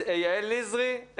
יעל נזרי,